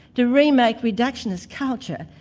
the re-make reductionist culture,